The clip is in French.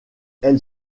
elle